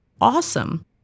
awesome